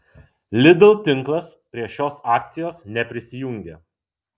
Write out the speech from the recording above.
lidl tinklas prie šios akcijos neprisijungė